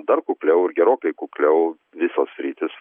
dar kukliau ir gerokai kukliau visos sritys